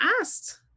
asked